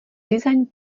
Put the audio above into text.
design